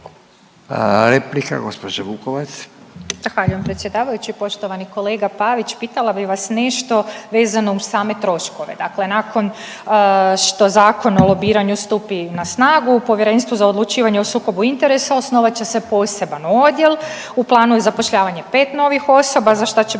Ružica (Nezavisni)** Zahvaljujem predsjedavajući, poštovani kolega Pavić, pitala bih vas nešto vezano uz same troškove, dakle nakon što Zakon o lobiranju stupi na snagu u Povjerenstvu za odlučivanje o sukobu interesa osnovat će se poseban odjel, u planu je zapošljavanje 5 novih osoba za šta će